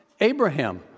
Abraham